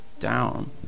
down